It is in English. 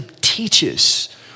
teaches